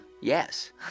yes